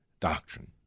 doctrine